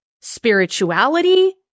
spirituality